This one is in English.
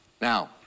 Now